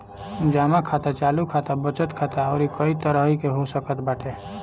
जमा खाता चालू खाता, बचत खाता अउरी कई तरही के हो सकत बाटे